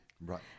right